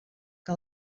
que